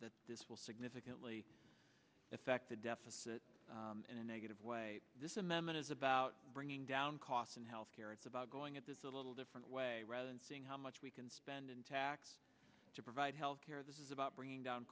how this will significantly effect the deficit in a negative way this amendment is about bringing down costs and health care it's about going at this a little different way rather than saying how much we can spend in taxes to provide health care this is about bringing down